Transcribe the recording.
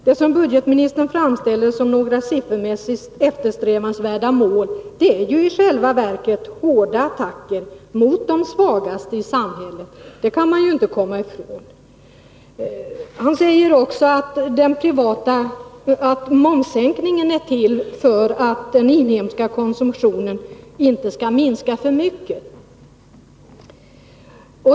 Det som budgetministern framställer som siffermässigt eftersträvansvärda mål är i själva verket hårda attacker mot de svagaste i samhället — det kan man inte komma ifrån. Budgetministern säger också att förslaget om momssänkningen kommit till för att den inhemska konsumtionen inte skall minska för mycket.